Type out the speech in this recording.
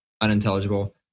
Unintelligible